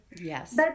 yes